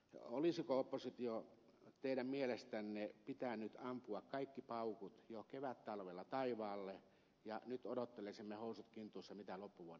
olisiko oppositio teidän mielestänne pitänyt ampua kaikki paukut jo kevättalvella taivaalle niin että nyt odottelisimme housut kintuissa mitä loppuvuodesta tapahtuu